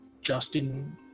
Justin